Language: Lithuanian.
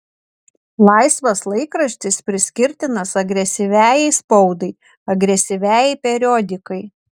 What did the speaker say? laisvas laikraštis priskirtinas agresyviajai spaudai agresyviajai periodikai